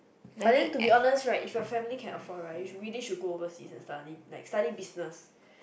but then to be honest right if your family can afford right you really should go to overseas and study like study business